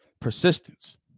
persistence